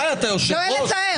אין לתאר.